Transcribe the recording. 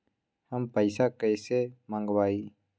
हम पैसा कईसे मंगवाई?